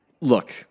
look